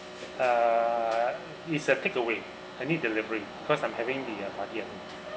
uh it's a takeaway I mean delivery because I'm having the uh party yup